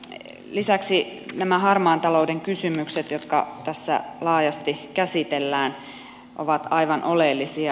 lisäksi nämä harmaan talouden kysymykset jotka tässä laajasti käsitellään ovat aivan oleellisia